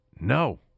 no